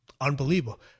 unbelievable